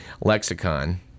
lexicon